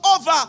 over